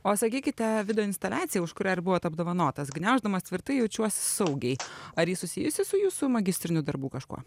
o sakykite videoinstaliaciją už kurią ir buvot apdovanotas gniauždamas tvirtai jaučiuosi saugiai ar ji susijusi su jūsų magistriniu darbu kažkuo